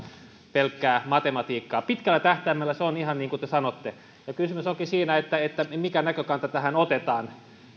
pelkkää matematiikkaa pitkällä tähtäimellä se on ihan niin kuin te sanotte kysymys onkin siitä mikä näkökanta tähän otetaan